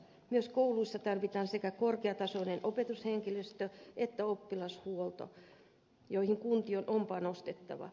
myös kouluissa tarvitaan sekä korkeatasoinen opetushenkilöstö että oppilashuolto joihin kuntien on panostettava